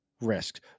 risks